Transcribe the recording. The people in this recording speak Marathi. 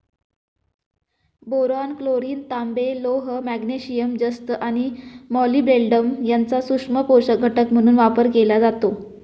बोरॉन, क्लोरीन, तांबे, लोह, मॅग्नेशियम, जस्त आणि मॉलिब्डेनम यांचा सूक्ष्म पोषक घटक म्हणून वापर केला जातो